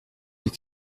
des